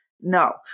No